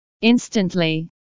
Instantly